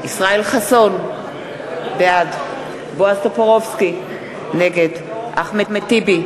ישראל חסון, בעד בועז טופורובסקי, נגד אחמד טיבי,